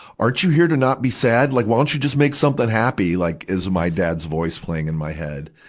aren't you here to not be sad? like why don't you just make something happy, like is my dad's voice playing in my head.